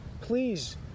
Please